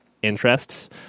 interests